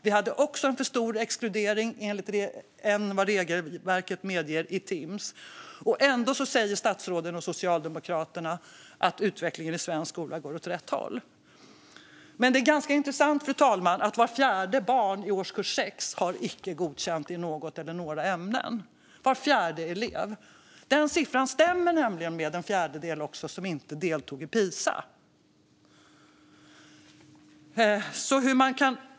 Det var också en större exkludering än vad regelverket i Timss medger. Ändå säger statsrådet och Socialdemokraterna att utvecklingen i svensk skola går åt rätt håll. Det är intressant att vart fjärde barn i årskurs 6 är icke godkänd i något eller några ämnen. Den siffran stämmer med den fjärdedel som inte deltog i Pisamätningen.